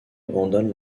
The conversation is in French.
abandonne